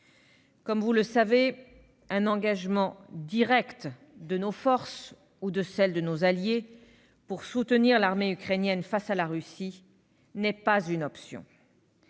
Comme vous le savez, un engagement direct de nos forces ou de celles de nos alliés pour soutenir l'armée ukrainienne face à la Russie n'est pas une option.